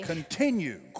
Continue